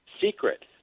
secret